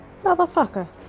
motherfucker